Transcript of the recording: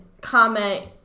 comment